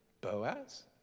Boaz